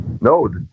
No